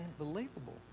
unbelievable